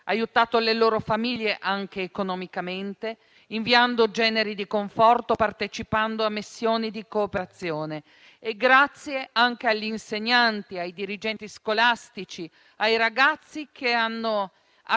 aiutato le loro famiglie, anche economicamente, inviando generi di conforto e partecipando a missioni di cooperazione. Grazie anche agli insegnanti, ai dirigenti scolastici, ai ragazzi, che hanno accolto